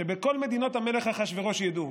שבכל מדינות המלך אחשוורוש ידעו: